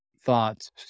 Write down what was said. Thoughts